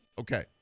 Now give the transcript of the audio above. Okay